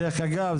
דרך אגב,